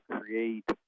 create